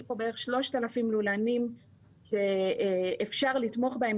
יש פה בערך 3,000 לולנים שאפשר לתמוך בהם